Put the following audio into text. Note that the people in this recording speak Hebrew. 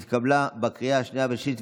התקבלה בקריאה השנייה והשלישית,